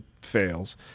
fails